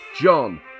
John